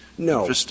No